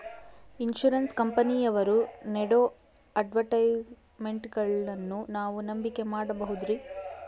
Insurance ಕಂಪನಿಯವರು ನೇಡೋ ಅಡ್ವರ್ಟೈಸ್ಮೆಂಟ್ಗಳನ್ನು ನಾವು ನಂಬಿಕೆ ಮಾಡಬಹುದ್ರಿ?